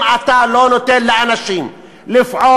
אם אתה לא נותן לאנשים לפעול,